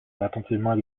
attentivement